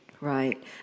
Right